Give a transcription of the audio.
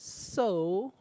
so